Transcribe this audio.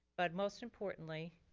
but most importantly,